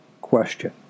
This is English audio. question